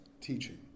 teaching